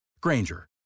Granger